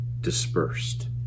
dispersed